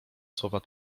słowa